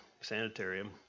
sanitarium